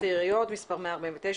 ממשיכים.